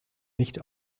nicht